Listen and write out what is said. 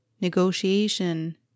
negotiation